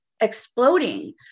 exploding